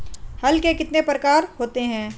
हल कितने प्रकार के होते हैं?